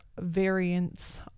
variants